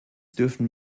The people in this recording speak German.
dürfen